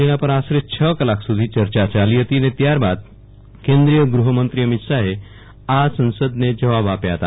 જેના પર આશરે છ કલાક સુધી ચર્ચા ચાલી હતી અને ત્યારબાદ કેન્દ્રીય ગૃહમંત્રી અમિત શાહે આ સંસદને જવાબ આપ્યા હતા